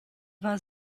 war